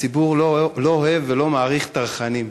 הציבור לא אוהב ולא מעריך טרחנים.